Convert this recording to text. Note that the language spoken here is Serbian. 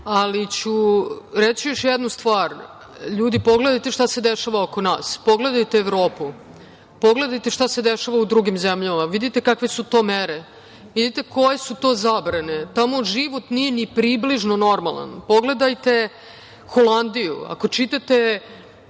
ali ću reći još jednu stvar. Ljudi, pogledajte šta se dešava oko nas, pogledajte Evropu, pogledajte šta se dešava u drugim zemljama, kakve su to mere, vidite koje su to zabrane, tamo život nije ni približno normalan, pogledajte Holandiju. Ako čitate